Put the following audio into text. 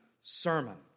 sermon